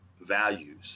values